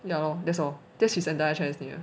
ya lor that's all that was his entire chinese new year